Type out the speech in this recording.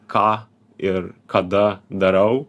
ką ir kada darau